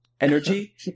energy